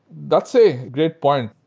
that's a good point.